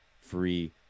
free